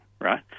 right